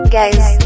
guys